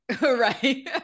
Right